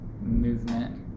movement